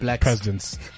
presidents